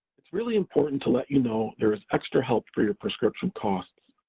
it's really important to let you know there is extra help for your prescription costs.